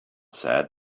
said